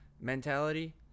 mentality